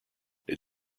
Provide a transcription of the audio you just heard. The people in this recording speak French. les